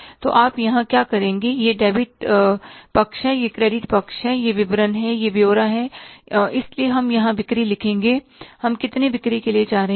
तो आप यहां क्या करेंगे यह डेबिट पक्ष है यह क्रेडिट पक्ष है यह विवरण है यह ब्योरा है इसलिए हम यहां बिक्री लिखेंगे हम कितनी बिक्री के लिए जा रहे हैं